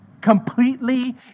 Completely